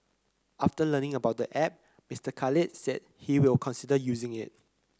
after learning about the app Mister Khalid said he will consider using it